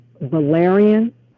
valerian